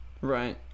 Right